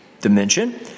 dimension